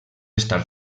estar